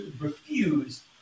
refuse